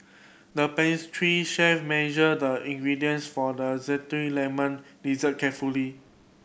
the pastry chef measured the ingredients for the zesty lemon dessert carefully